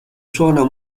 suona